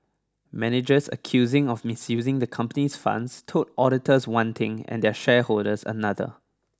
managers accusing of misusing the comopany's funds told auditors one thing and their shareholders another